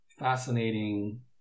fascinating